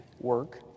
Work